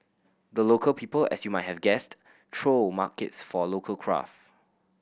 the Local People as you might have guessed throw markets for local craft